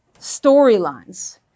storylines